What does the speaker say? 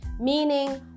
Meaning